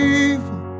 evil